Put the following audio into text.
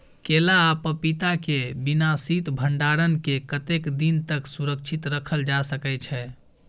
केला आ पपीता के बिना शीत भंडारण के कतेक दिन तक सुरक्षित रखल जा सकै छै?